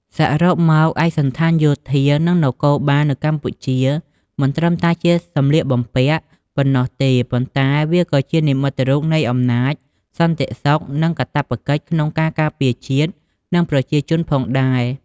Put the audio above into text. សរុបមក ឯកសណ្ឋានយោធា និងនគរបាលនៅកម្ពុជា មិនត្រឹមតែជាសម្លៀកបំពាក់ប៉ុណ្ណោះទេ ប៉ុន្តែវាក៏ជានិមិត្តរូបនៃអំណាច សន្តិសុខ និងកាតព្វកិច្ចក្នុងការការពារជាតិ និងប្រជាជនផងដែរ។